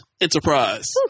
Enterprise